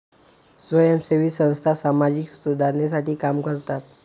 स्वयंसेवी संस्था सामाजिक सुधारणेसाठी काम करतात